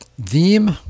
Theme